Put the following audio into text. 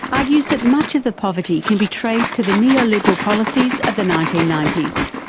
argues that much of the poverty can be traced to the neo-liberal policies of the nineteen ninety s.